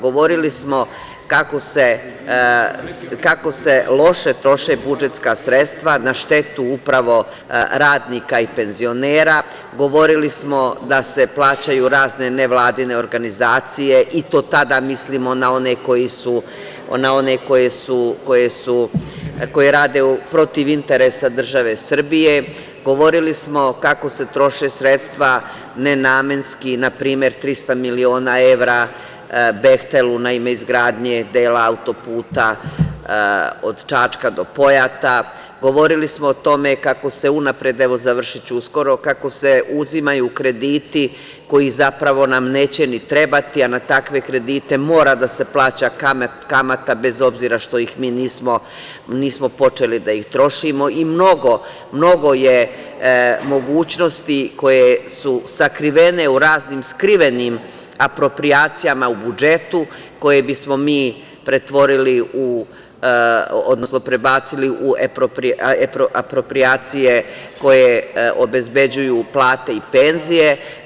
Govorili smo kako se loše troše budžetska sredstva na štetu upravo radnika i penzionera, govorili smo da se plaćaju razne nevladine organizacije i to tada mislimo na one koji rade protiv interesa države Srbije, govorili smo kako se troše sredstva nenamenski, na primer 300 miliona evra „Behtelu“ na ime izgradnje dela autoputa od Čačka do Pojata, govorili smo o tome kako se unapred, evo završiću uskoro, kako se uzimaju krediti koji nam zapravo neće ni trebati, a na takve kredite mora da se plaća kamata bez obzira što mi nismo počeli da ih trošimo i mnogo je mogućnosti koje su sakrivene u raznim skrivenim aproprijacijama u budžetu koje bismo mi pretvorili, odnosno prebacili u aproprijacije koje obezbeđuju plate i penzije.